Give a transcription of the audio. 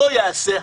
לא יעשה הרבה.